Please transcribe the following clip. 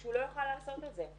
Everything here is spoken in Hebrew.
שהוא לא יוכל לעשות את זה.